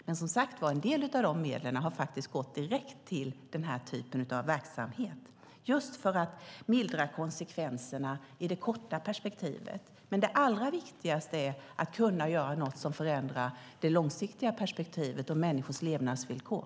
Men, som sagt, en del av dessa medel har faktiskt gått direkt till denna typ av verksamhet just för att mildra konsekvenserna i det korta perspektivet. Men det allra viktigaste är att kunna göra något som förändrar det långsiktiga perspektivet och människors levnadsvillkor.